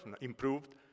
improved